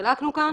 שחילקנו כאן,